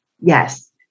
Yes